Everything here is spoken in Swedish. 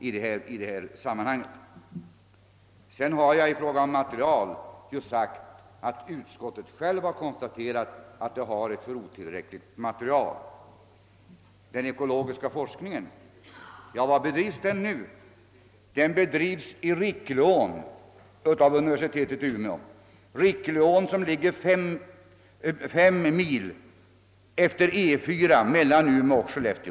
I fråga om material i övrigt har jag sagt att utskottet självt har konstaterat att det har varitotillräckligt. Var bedrivs den ekologiska forskningen nu? Den bedrivs i Rickleån av universitetet i Umeå. Den ån rinner fem mil efter E 4 mellan Umeå och Skellefteå.